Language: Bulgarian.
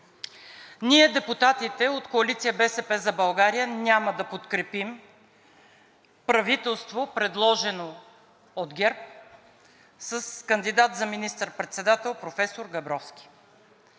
Ние депутатите от Коалиция „БСП за България“ няма да подкрепим правителство, предложено от ГЕРБ, с кандидат за министър-председател професор Габровски.